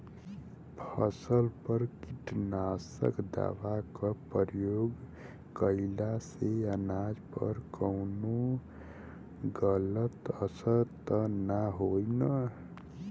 फसल पर कीटनाशक दवा क प्रयोग कइला से अनाज पर कवनो गलत असर त ना होई न?